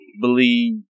believe